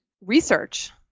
research